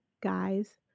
guys